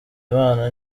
imana